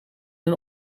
een